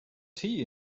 tea